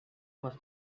was